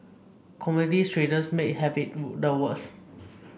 commodity traders may have it the worst